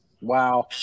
wow